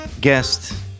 guest